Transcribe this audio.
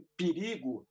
perigo